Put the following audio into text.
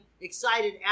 excited